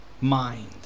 mind